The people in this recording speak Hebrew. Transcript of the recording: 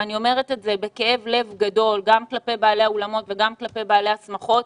ואני אומרת בכאב לב גדול גם כלפי בעלי האולמות וגם כלפי בעלי השמחות,